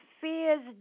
fears